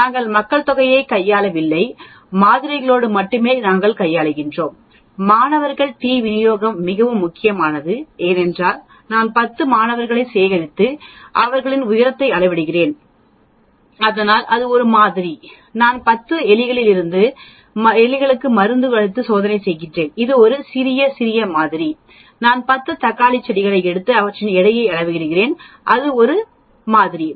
நாங்கள் மக்கள்தொகையை கையாளவில்லை மாதிரிகளோடு மட்டுமே நாங்கள் கையாள்கிறோம் மாணவர் டி விநியோகம் மிகவும் முக்கியமானது ஏனென்றால் நான் 10 மாணவர்களைச் சேகரித்து அவர்களின் உயரத்தை அளவிடுகிறேன் அதனால் அது ஒரு மாதிரி நான் 20 எலிகளில் மருந்து சோதனை செய்கிறேன் இது ஒரு சிறிய சிறிய மாதிரி நான் 10 தக்காளி செடிகளை எடுத்து அவற்றின் எடையை அளவிடுகிறேன் அது ஒரு மாதிரி